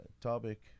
topic